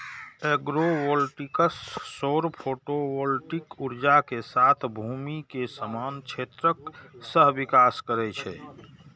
agrovoltaics सौर photovoltaic ऊर्जा के साथ भूमि के समान क्षेत्रक सहविकास करै छै